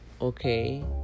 Okay